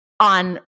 on